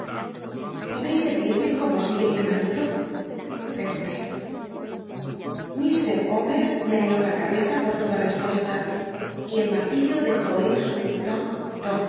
podcis decirme cómo sigue mi hermanito pregun té llfr omct meneó la cabeza por toda respuesta y el marlillo dejó oir su